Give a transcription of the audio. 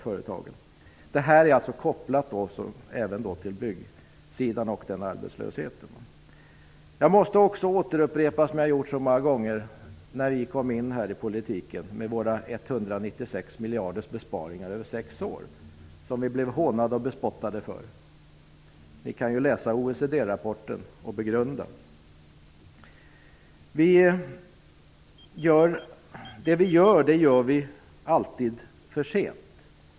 Förslaget är också kopplat till byggbranschen och dess arbetslöshet. Jag vill åter upprepa, vilket jag har gjort så många gånger tidigare, hur det var när vi kom in i politiken. Vi föreslog besparingar på 196 miljarder över sex år. Vi blev hånade och bespottade. Ni kan nu läsa OECD:s rapport och begrunda. Det vi gör, gör vi alltid för sent.